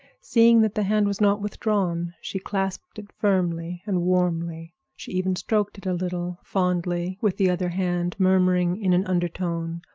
seeing that the hand was not withdrawn, she clasped it firmly and warmly. she even stroked it a little, fondly, with the other hand, murmuring in an undertone,